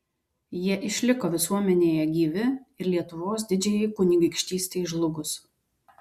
jie išliko visuomenėje gyvi ir lietuvos didžiajai kunigaikštystei žlugus